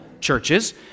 churches